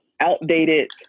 outdated